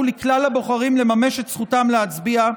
לכלל הבוחרים לממש את זכותם להצביע,